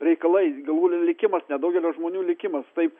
reikalai galų gale likimas nedaugelio žmonių likimas taip